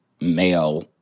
male